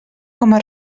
coma